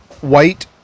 white